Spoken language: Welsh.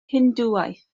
hindŵaeth